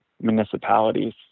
municipalities